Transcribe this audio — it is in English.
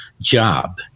job